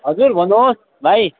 हजुर भन्नुहोस् भाइ